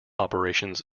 operations